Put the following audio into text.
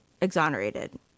exonerated